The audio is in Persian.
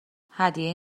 هدیه